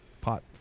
pot